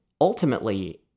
ultimately